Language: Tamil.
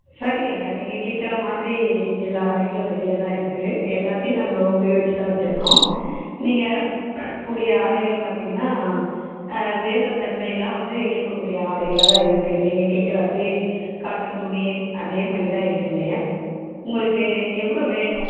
சரிங்கய்யா நீங்கள் கேட்குற மாதிரி எல்லா ஆடைகளும் ரெடியாக தான் இருக்குது எல்லாத்தையும் நாங்கள் உபயோகித்து தான் வச்சிருக்கோம் நீங்கள் கூடிய ஆடைகள் பார்த்தீங்கன்னா வேர்வை தன்மையெலாம் வந்து இழுக்கக்கூடிய ஆடைகளாக தான் இருக்குது நீங்கள் கேட்குற அதே காட்டன் துணி அதேமாதிரி தான் இருக்குங்கய்யா உங்களுக்கு எவ்வளோ வேணும்